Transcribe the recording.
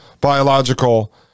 biological